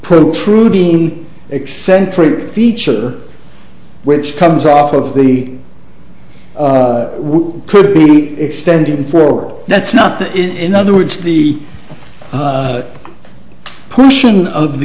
protruding eccentric feature which comes off of the could be extended for that's not that in other words the portion of the